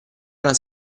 nella